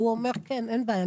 והוא אומר: "אין בעיה,